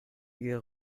huit